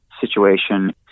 situation